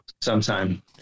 sometime